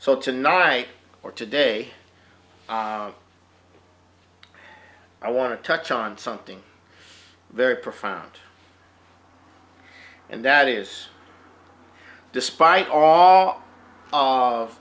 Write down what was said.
so tonight or today i want to touch on something very profound and that is despite all of